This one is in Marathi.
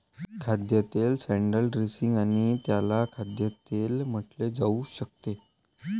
खाद्यतेल सॅलड ड्रेसिंग आणि त्याला खाद्यतेल म्हटले जाऊ शकते